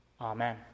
Amen